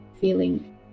feeling